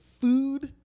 food